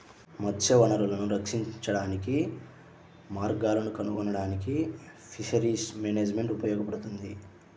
మత్స్య వనరులను రక్షించడానికి మార్గాలను కనుగొనడానికి ఫిషరీస్ మేనేజ్మెంట్ ఉపయోగపడుతుంది